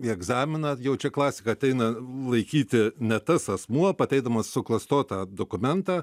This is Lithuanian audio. į egzaminą jau čia klasika ateina laikyti ne tas asmuo pateikdamas suklastotą dokumentą